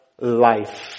life